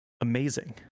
amazing